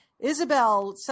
Isabel